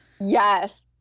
Yes